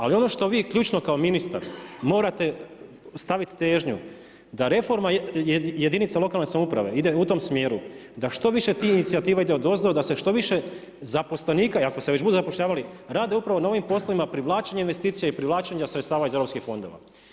Ali ono što vi ključno kao ministar morate staviti težnju da reforma jedinica lokalne samouprave ide u tom smjeru da što više tih inicijativa ide odozdo, da se što više zaposlenika i ako se već budu zapošljavali rade upravo na ovim poslovima privlačenja investicija i privlačenje sredstava iz europskih fondova.